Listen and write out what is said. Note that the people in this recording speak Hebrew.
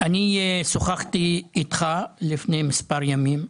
שוחחתי אתך לפני מספר ימים,